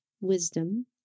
wisdom